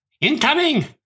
Incoming